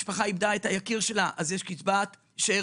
משפחה איבדה את היקיר שלה אז יש קצבת שאירים,